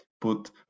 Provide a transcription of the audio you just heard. put